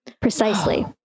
Precisely